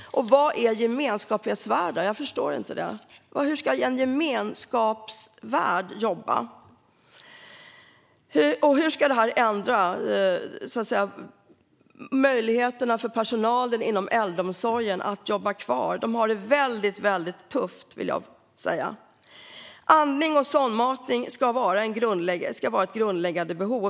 Och vad är gemenskapsvärdar? Jag förstår inte det. Hur ska en gemenskapsvärd jobba? Och hur ska det här ändra möjligheterna för personalen inom äldreomsorgen att jobba kvar? De har det väldigt tufft. Andning och sondmatning ska räknas som grundläggande behov.